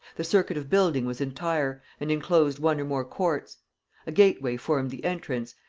the circuit of building was entire, and enclosed one or more courts a gateway formed the entrance,